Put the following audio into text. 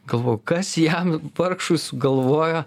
galvoju kas jam vargšui sugalvojo